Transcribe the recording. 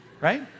Right